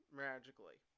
magically